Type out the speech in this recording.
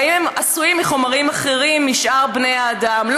ואם הם עשויים מחומרים אחרים משאר בני האדם.